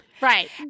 Right